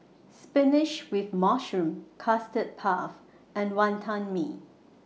Spinach with Mushroom Custard Puff and Wonton Mee